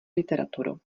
literaturu